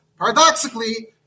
Paradoxically